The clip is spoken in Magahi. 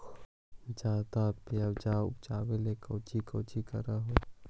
ज्यादा प्यजबा उपजाबे ले कौची कौची कर हो?